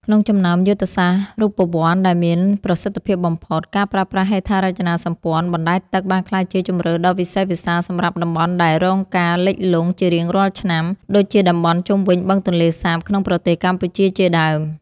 ក្នុងចំណោមយុទ្ធសាស្ត្ររូបវន្តដែលមានប្រសិទ្ធភាពបំផុត ការប្រើប្រាស់ហេដ្ឋារចនាសម្ព័ន្ធបណ្តែតទឹកបានក្លាយជាជម្រើសដ៏វិសេសវិសាលសម្រាប់តំបន់ដែលរងការលិចលង់ជារៀងរាល់ឆ្នាំ ដូចជាតំបន់ជុំវិញបឹងទន្លេសាបក្នុងប្រទេសកម្ពុជាជាដើម។